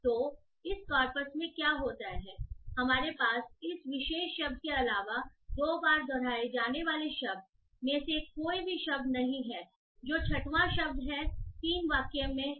तो इस कॉर्पस में क्या होता है हमारे पास इस विशेष शब्द के अलावा दो बार दोहराए जाने वाले शब्द में से कोई भी शब्द नहीं है जो 6 वां शब्द है 3 वाक्य में हो